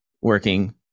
working